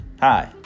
Hi